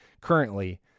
currently